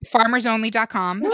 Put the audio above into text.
Farmersonly.com